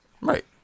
right